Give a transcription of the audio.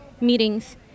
meetings